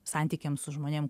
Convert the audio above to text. santykiams su žmonėm